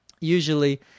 usually